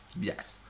yes